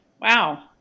Wow